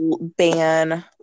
Ban